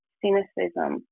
cynicism